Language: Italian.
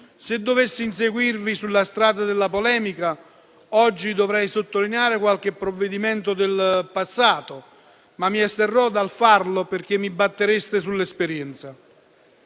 Se dovessi inseguirvi sulla strada della polemica, oggi dovrei sottolineare qualche provvedimento del passato, ma mi asterrò dal farlo, perché mi battereste sull'esperienza.